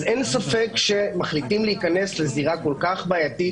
אז אין ספק שכשמחליטים להיכנס לזירה כל-כך בעייתית